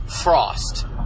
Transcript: Frost